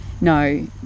no